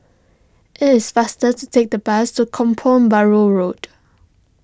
it is faster to take the bus to Kampong Bahru Road